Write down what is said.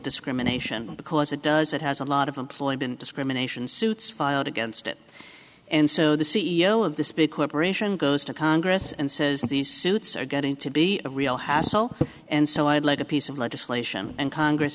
discrimination because it does it has a lot of employment discrimination suits filed against it and so the c e o of this big corporation goes to congress and says these suits are getting to be a real hassle and so i would like a piece of legislation and congress